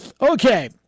Okay